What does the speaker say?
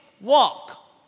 Walk